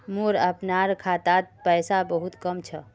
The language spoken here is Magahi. मोर अपनार खातात पैसा बहुत कम छ